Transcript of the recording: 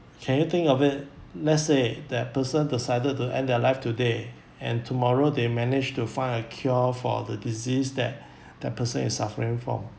can you think of it let's say that person decided to end their life today and tomorrow they manage to find a cure for the disease that that person is suffering from